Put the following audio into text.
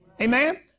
Amen